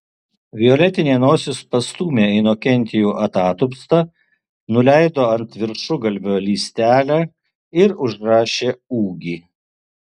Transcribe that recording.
violetinė nosis pastūmė inokentijų atatupstą nuleido ant viršugalvio lystelę ir užrašė ūgį